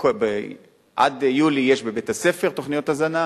הרי עד יולי יש בבית-הספר תוכניות הזנה,